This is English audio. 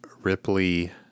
ripley